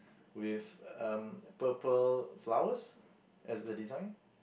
with um purple flowers as the design